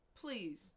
please